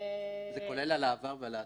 זה כולל על העבר והעתיד?